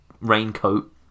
raincoat